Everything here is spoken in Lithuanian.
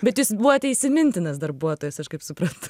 bet jūs buvote įsimintinas darbuotojas aš kaip suprantu